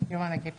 (מדברת בשפה האנגלית, להלן תרגום חופשי)